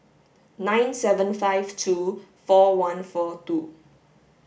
nine seven five two four one four two